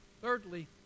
Thirdly